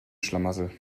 schlamassel